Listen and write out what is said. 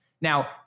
Now